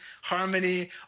harmony